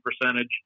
percentage